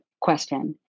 question